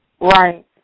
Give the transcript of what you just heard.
Right